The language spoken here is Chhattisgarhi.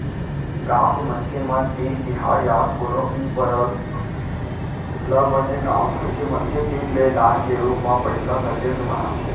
गाँव के मनसे मन तीज तिहार या कोनो भी परब ल बने गाँव भर के मनसे तीर ले दान के रूप म पइसा सकेल के मनाथे